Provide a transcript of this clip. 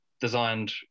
designed